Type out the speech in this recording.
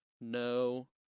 No